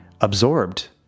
absorbed